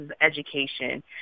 education